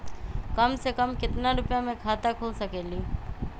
कम से कम केतना रुपया में खाता खुल सकेली?